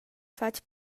fatg